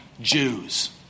Jews